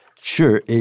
Sure